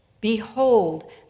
Behold